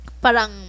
Parang